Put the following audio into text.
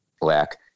black